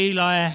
Eli